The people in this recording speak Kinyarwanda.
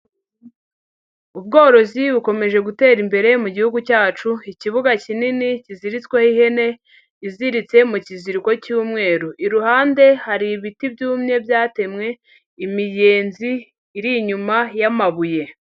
Ubworozi bukomeje gutera imbere mu gihugu cyacu, ikibuga kinini kiziritsweho ihene iziritse mu kiziriko cy'umweru, iruhande hari ibiti byumye byatemwe, imiyenzi iri inyuma y'amabuye.